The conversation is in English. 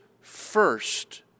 first